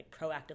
proactively